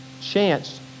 Chance